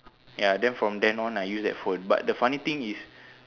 ya then from then on I use that phone but the funny thing is